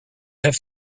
have